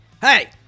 Hey